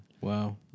Wow